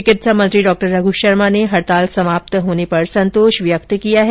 चिकित्सा मंत्री डॉ रघ् शर्मा ने हडताल समाप्त होने पर संतोष व्यक्त किया है